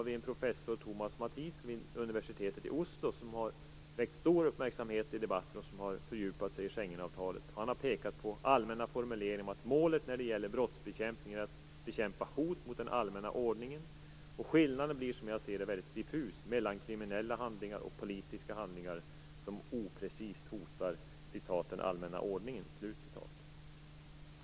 I Norge har professor Thomas Matiesen vid universitetet i Oslo väckt stor uppmärksamhet i debatten. Han har fördjupat sig i Schengenavtalet och pekat på allmänna formuleringar om att målet när det gäller brottsbekämpning är att bekämpa hot mot den allmänna ordningen. Skillnaden mellan kriminella och politiska handlingar som oprecist hotar "den allmänna ordningen" blir mycket diffus.